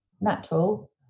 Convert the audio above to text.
natural